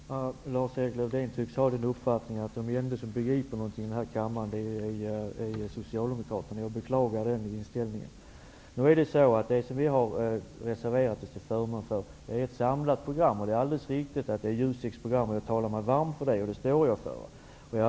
Herr talman! Lars-Erik Lövdén tycks ha den uppfattningen att de enda som begriper något i denna kammare är Socialdemokraterna. Jag beklagar den inställningen. Det vi har reserverat oss till förmån för är ett samlat program. Det är alldeles riktigt att det är JUSEK:s program. Jag talar mig varm för det, och det står jag för.